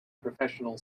professional